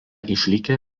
išlikę